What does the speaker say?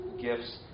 gifts